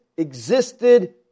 existed